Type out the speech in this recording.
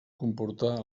comportà